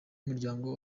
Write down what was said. muryango